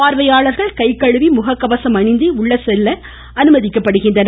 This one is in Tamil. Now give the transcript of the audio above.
பார்வையாளர்கள் கை கழுவி முக கவசம் அணிந்தே உள்ளே செல்ல அனுமதிக்கப்படுகின்றனர்